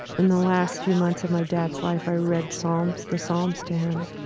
in the last few months of my dad's life, i read psalms the psalms to him.